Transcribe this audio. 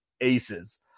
aces